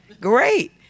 Great